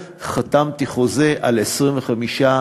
חתמתי חוזה על עשרים וחמישה